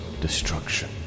destruction